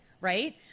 right